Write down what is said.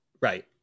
right